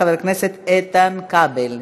חבר הכנסת איתן כבל.